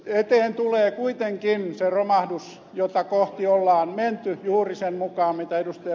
eteen tulee kuitenkin se romahdus jota kohti on menty juuri sen mukaan mitä ed